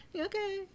okay